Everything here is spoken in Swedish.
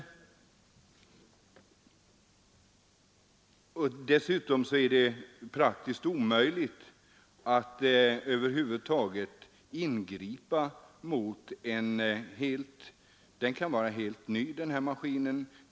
Dessutom är det omöjligt att praktiskt ingripa mot en maskin som kan vara helt ny.